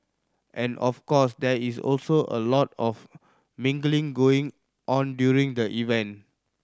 and of course there is also a lot of mingling going on during the event